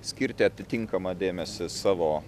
skirti atitinkamą dėmesį savo